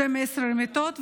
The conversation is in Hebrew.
12 מיטות.